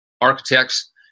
architects